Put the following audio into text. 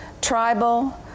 tribal